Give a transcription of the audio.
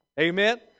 Amen